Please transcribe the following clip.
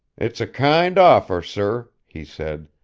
it's a kind offer, sir, he said.